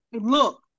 look